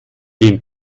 dem